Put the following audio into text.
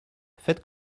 faites